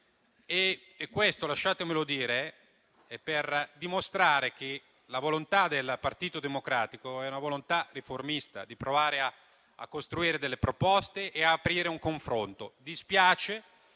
E questo - lasciatemelo dire - è per dimostrare che la volontà del Partito Democratico è riformista, per provare a costruire delle proposte e ad aprire un confronto. Dispiace